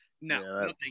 No